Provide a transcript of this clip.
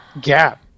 gap